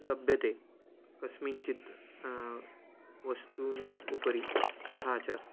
लभ्यते कस्मिन् चित् वस्तूनि उपरि तथा च